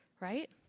right